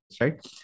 right